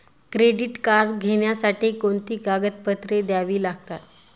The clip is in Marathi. क्रेडिट कार्ड घेण्यासाठी कोणती कागदपत्रे घ्यावी लागतात?